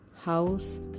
house